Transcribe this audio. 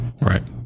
Right